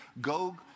Go